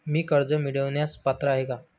मी कर्ज मिळवण्यास पात्र आहे का?